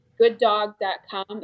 gooddog.com